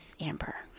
Amber